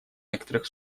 некоторых